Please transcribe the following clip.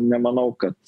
nemanau kad